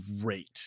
great